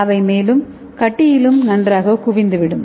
அவை மேலும் கட்டியிலும் நன்றாகக் குவிந்துவிடும்